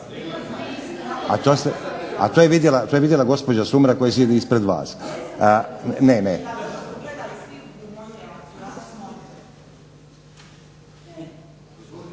To je vidjela gospođa Sumrak koja sjedi ispred vas. …